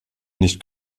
nicht